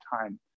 time